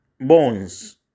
bones